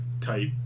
type